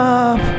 up